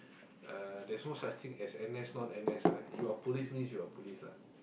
uh there's no such things you are N_S not N_S ah you are police means you police lah